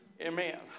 Amen